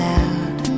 out